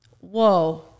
Whoa